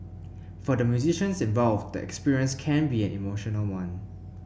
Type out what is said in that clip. for the musicians involved the experience can be an emotional one